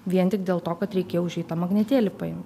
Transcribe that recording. vien tik dėl to kad reikėjo užeit tą magnetėlį paimt